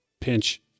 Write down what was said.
Pinch